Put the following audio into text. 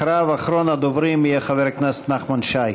אחריו, אחרון הדוברים, חבר הכנסת נחמן שי.